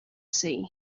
sea